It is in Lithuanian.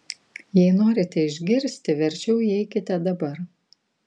jei norite išgirsti verčiau įeikite dabar